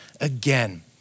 again